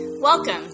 Welcome